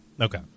Okay